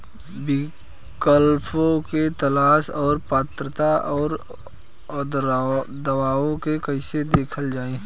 विकल्पों के तलाश और पात्रता और अउरदावों के कइसे देखल जाइ?